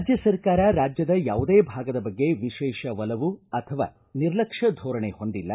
ರಾಜ್ಯ ಸರ್ಕಾರ ರಾಜ್ಯದ ಯಾವುದೇ ಭಾಗದ ಬಗ್ಗೆ ವಿಶೇಷ ಒಲವು ಅಥವಾ ನಿರ್ಲಕ್ಷ್ಯ ಧೋರಣೆ ಹೊಂದಿಲ್ಲ